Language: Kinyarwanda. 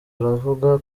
aravuga